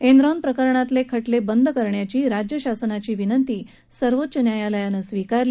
Enron प्रकरणातला खटला बंद करण्याची राज्य शासनाची विनंती सर्वोच्च न्यायालयानं स्वीकारली